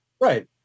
right